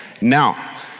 now